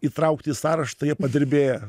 įtraukti į sąrašą tai jie padirbėję